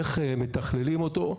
איך מתכללים אותו.